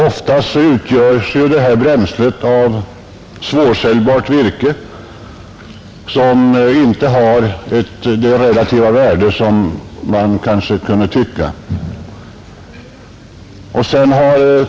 Ofta utgörs detta bränsle av svårsäljbart virke som inte har det relativa värde som man kanske kunde tro.